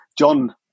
John